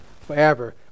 forever